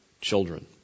children